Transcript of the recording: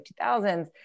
2000s